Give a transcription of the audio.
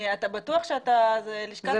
אתה בטוח שזה לשכת העיתונות מדברת?